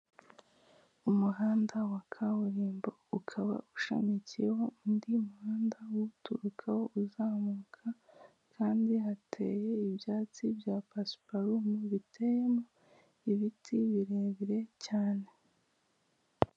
Umuhanda wa kaburimbo ukaba ushamikiyeho undi muhanda uturuka uzamuka kandi hateye ibyatsi bya pasiparumi biteyemo ibiti birebire cyane.